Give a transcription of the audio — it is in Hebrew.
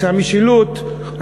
רוצה משילות,